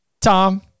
Tom